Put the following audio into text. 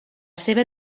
seva